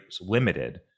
limited